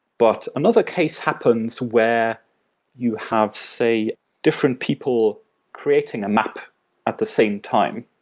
but another case happens where you have, say different people creating a map at the same time.